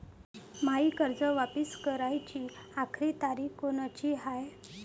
मायी कर्ज वापिस कराची आखरी तारीख कोनची हाय?